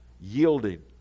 yielding